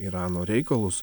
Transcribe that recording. irano reikalus